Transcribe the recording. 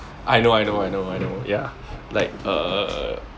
I know I know I know I know ya like uh